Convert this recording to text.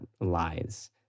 lies